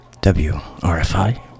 WRFI